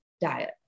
diet